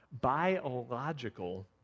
Biological